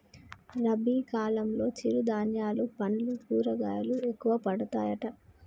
రబీ కాలంలో చిరు ధాన్యాలు పండ్లు కూరగాయలు ఎక్కువ పండుతాయట